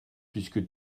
puisque